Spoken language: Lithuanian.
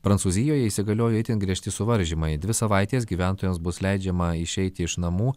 prancūzijoje įsigaliojo itin griežti suvaržymai dvi savaites gyventojams bus leidžiama išeiti iš namų